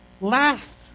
last